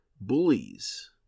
bullies